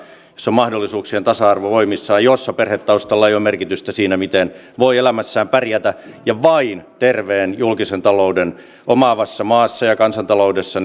jossa on mahdollisuuksien tasa arvo voimissaan jossa perhetaustalla ei ole merkitystä siinä miten voi elämässään pärjätä ja vain terveen julkisen talouden omaavassa maassa ja kansantaloudessa